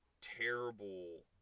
terrible